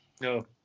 No